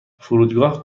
فرودگاه